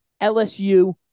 LSU